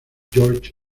george